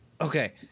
okay